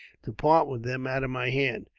to part with them out of my hands.